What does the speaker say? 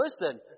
listen